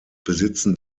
besitzen